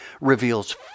reveals